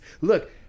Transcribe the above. look